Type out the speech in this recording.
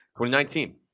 2019